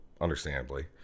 understandably